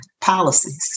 policies